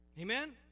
Amen